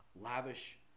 Lavish